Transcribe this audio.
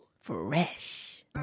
Fresh